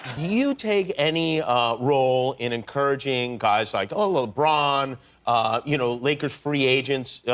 you take any role in encouraging guys like ah lebron, you know, lakers free agents,